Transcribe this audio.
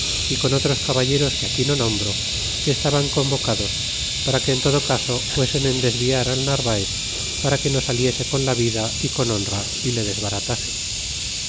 y con otros caballeros que aquí no nombro que estaban convocados para que en todo caso fuesen en desviar al narvaez para que no saliese con la vida é con honra y le desbaratase